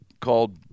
called